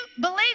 believe